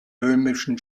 böhmischen